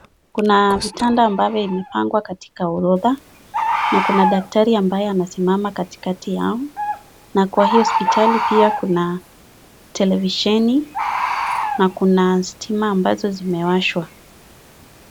Huyu ni mchezaji wa mpira wa timu mbili. Wote wakiwa kiwanja wakichangilia wakicheza. Huko kando kuna mashabiki ambao wamekuja kuona ama kufuatalia mchezo wa hii timu, kila mtu akiwa na timu yake ama kutoa support timu wa anatamani kushinda.